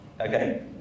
Okay